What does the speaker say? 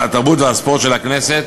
התרבות והספורט של הכנסת